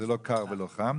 זה לא קר ולא חם,